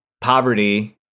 poverty